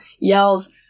yells